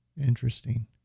Interesting